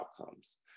outcomes